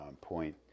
point